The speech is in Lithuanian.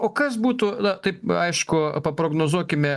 o kas būtų na taip aišku paprognozuokime